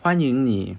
欢迎你